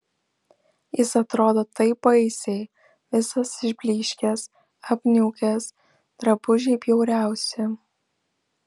jis atrodo taip baisiai visas išblyškęs apniukęs drabužiai bjauriausi